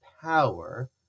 power